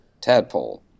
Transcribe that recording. tadpole